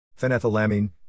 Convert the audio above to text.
Phenethylamine